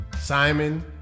Simon